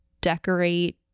decorate